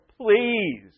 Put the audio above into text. please